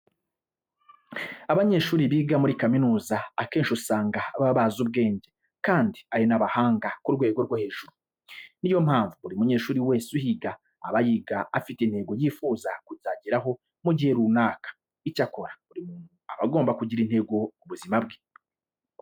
Abanyeshuri biga muri kaminuza akenshi usanga baba bazi ubwenge kandi ari n'abahanga ku rwego rwo hejuru. Ni yo mpamvu buri munyeshuri wese uhiga aba yiga afite intego yifuza kuzageraho mu gihe runaka. Icyakora buri muntu aba agomba kugira intego mu buzima bwe.